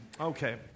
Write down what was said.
Okay